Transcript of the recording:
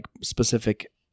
specific